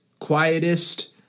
quietest